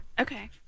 Okay